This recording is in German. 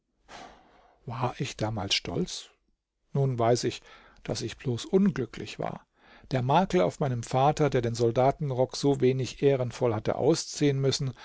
war ich damals stolz nun weiß ich daß ich bloß unglücklich war der makel auf meinem vater der den soldatenrock so wenig ehrenvoll hatte ausziehen müssen